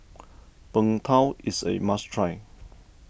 Png Tao is a must try